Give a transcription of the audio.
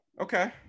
okay